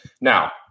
Now